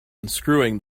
unscrewing